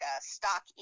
stock